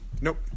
nope